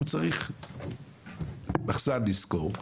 הוא צריך מחסן לשכור,